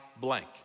blank